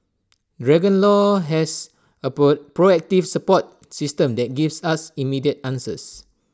dragon law has A proactive support system that gives us immediate answers